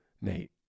Nate